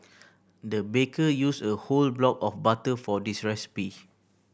the baker used a whole block of butter for this recipe